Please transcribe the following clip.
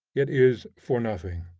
it is for nothing.